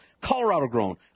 Colorado-grown